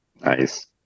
Nice